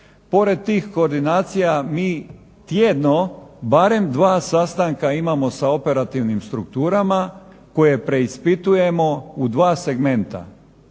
Pored tih koordinacija mi tjedno barem 2 sastanka imamo sa operativnim strukturama koje preispitujemo u 2 segmenta,